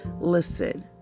Listen